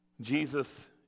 Jesus